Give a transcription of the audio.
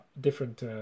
different